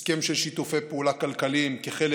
הסכם של שיתופי פעולה כלכליים כחלק